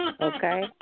Okay